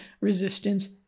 resistance